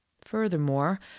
furthermore